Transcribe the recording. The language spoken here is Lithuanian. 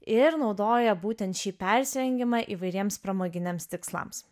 ir naudoja būtent šį persirengimą įvairiems pramoginiams tikslams